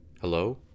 Hello